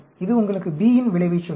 இது உங்களுக்கு B இன் விளைவைச் சொல்லும்